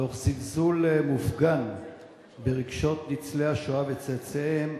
תוך זלזול מופגן ברגשות ניצולי השואה וצאצאיהם,